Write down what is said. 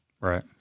Right